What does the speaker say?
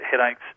headaches